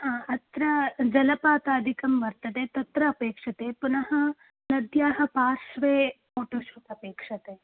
हा अत्र जलपातादिकं वर्तते तत्र अपेक्षते पुनः नद्याः पार्श्वे फ़ोटो शूट् अपेक्षते